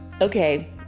okay